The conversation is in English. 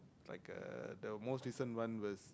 like uh the most recent one was